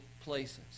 places